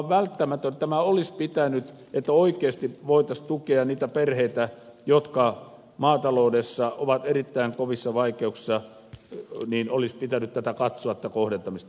vaikka tämä on välttämätön niin jotta oikeasti voitaisiin tukea niitä perheitä jotka maataloudessa ovat erittäin kovissa vaikeuksissa olisi kyllä pitänyt katsoa tätä kohdentamista